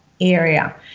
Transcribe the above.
area